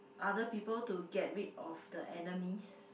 other people to get rid of the enemies